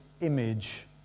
image